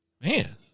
Man